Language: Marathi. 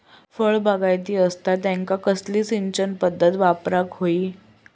फळबागायती असता त्यांका कसली सिंचन पदधत वापराक होई?